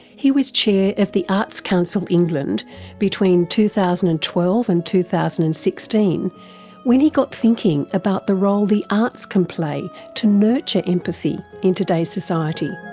he was chair of the arts council england between two thousand and twelve and two thousand and sixteen when he got thinking about the role the arts can play to nurture empathy in today's society.